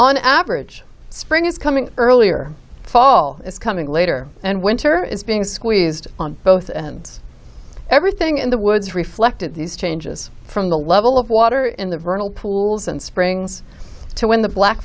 on average spring is coming earlier fall is coming later and winter is being squeezed on both and everything in the woods reflected these changes from the level of water in the vernal pools and springs to when the black